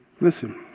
Listen